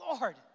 Lord